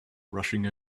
rushing